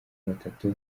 batatu